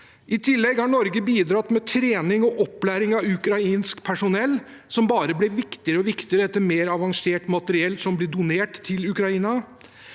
I tillegg har Norge bidratt med trening og opplæring av ukrainsk personell, som bare blir viktigere og viktigere etter at mer avansert materiell blir donert til Ukraina.